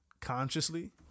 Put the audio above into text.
consciously